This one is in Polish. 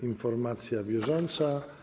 Informacja bieżąca.